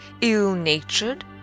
ill-natured